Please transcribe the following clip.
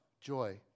joy